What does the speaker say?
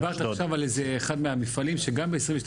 דיברת עכשיו על איזה אחד מהמפעלים שגם ב-2022